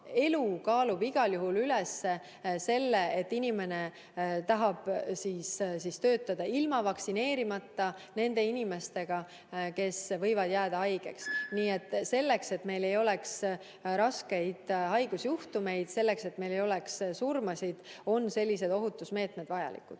elu kaalub igal juhul üles selle, et [asutuses keegi] inimene tahab töötada ilma vaktsineerimata, [olles koos] nende inimestega, kes võivad jääda haigeks. Nii et selleks, et meil ei oleks raskeid haigusjuhtumeid ja et meil ei oleks surmasid, on sellised ohutusmeetmed vajalikud.